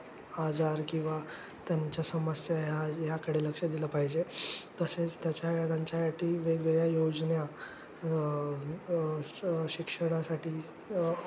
आजार किंवा त्यांच्या समस्या ह्या ह्याकडे लक्ष दिलं पाहिजे तसेच त्याच्या त्यांच्यासाठी वेगवेगळ्या योजना शिक्षणासाठी